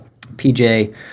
PJ